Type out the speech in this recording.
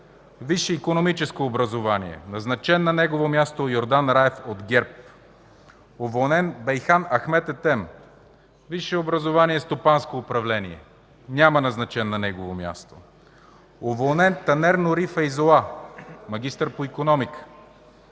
висше икономическо образование, назначен на негово място Йордан Раев от ГЕРБ; - уволнен Бейхан Ахмед Етем, висше образование – „Стопанско управление”, няма назначен на негово място; - уволнен Танер Нури Фейзула, магистър по икономика,